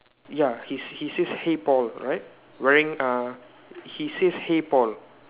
ya he he says hey Paul right wearing uh he says hey Paul